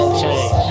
change